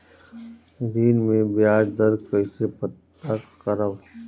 ऋण में बयाज दर कईसे पता करब?